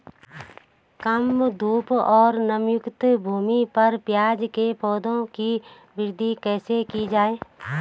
कम धूप और नमीयुक्त भूमि पर प्याज़ के पौधों की वृद्धि कैसे की जाए?